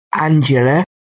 Angela